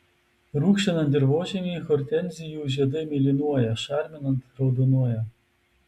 rūgštinant dirvožemį hortenzijų žiedai mėlynuoja šarminant raudonuoja